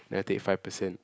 then I take five percent